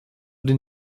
den